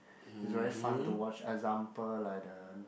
is very fun to watch example like the